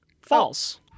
False